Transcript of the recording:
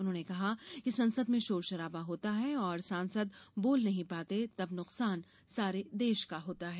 उन्होंने कहा कि संसद में शोर शराबा होता है और सांसद बोल नहीं पाते तब नुकसान सारे देश का होता है